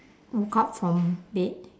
woke up from bed